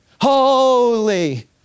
holy